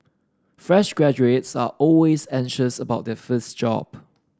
fresh graduates are always anxious about their first job